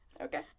Okay